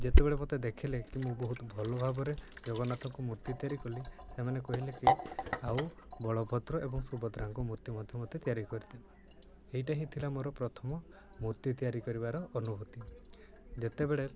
ଯେତେବେଳେ ମୋତେ ଦେଖିଲେ କି ମୁଁ ବହୁତ ଭଲ ଭାବରେ ଜଗନ୍ନାଥଙ୍କୁ ମୂର୍ତ୍ତି ତିଆରି କଲି ସେମାନେ କହିଲେ କି ଆଉ ବଳଭଦ୍ର ଏବଂ ସୁଭଦ୍ରାଙ୍କ ମୂର୍ତ୍ତି ମଧ୍ୟ ମତେ ତିଆରି କରିଥିଲେ ଏଇଟା ହିଁ ଥିଲା ମୋର ପ୍ରଥମ ମୂର୍ତ୍ତି ତିଆରି କରିବାର ଅନୁଭୂତି ଯେତେବେଳେ